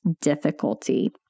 difficulty